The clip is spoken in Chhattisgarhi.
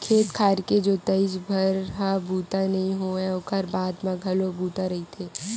खेत खार के जोतइच भर ह बूता नो हय ओखर बाद म घलो बूता रहिथे